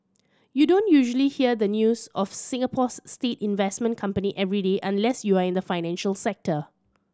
you don't usually hear the news of Singapore's state investment company every day unless you're in the financial sector